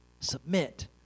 Submit